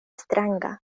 stranga